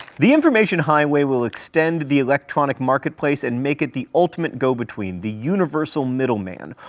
the information highway will extend the electronic marketplace and make it the ultimate go-between, the universal middleman.